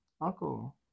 Uncle